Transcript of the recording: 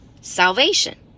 salvation